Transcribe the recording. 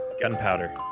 Gunpowder